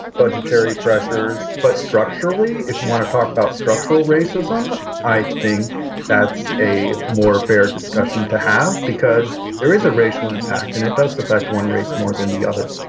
budgetary pressures. but structurally, if you want to talk about structural racism, i think that's a more fair discussion to have because there is a racial impact and it does affect one race more than the other